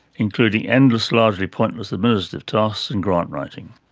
including endless, largely pointless administrative tasks, and grant writing.